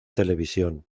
televisión